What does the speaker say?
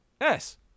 Yes